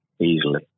easily